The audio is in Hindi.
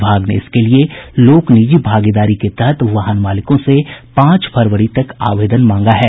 विभाग ने इसके लिये लोक निजी भागीदारी के तहत वाहन मालिकों से पांच फरवरी तक आवेदन मांगा है